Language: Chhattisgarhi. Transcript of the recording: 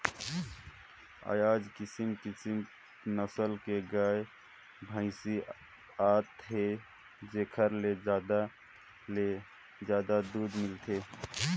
आयज किसम किसम नसल के गाय, भइसी आत हे जेखर ले जादा ले जादा दूद मिलथे